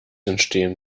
entstehen